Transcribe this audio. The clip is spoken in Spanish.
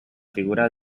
figura